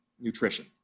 nutrition